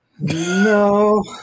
No